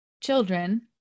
children